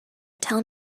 tell